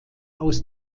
aus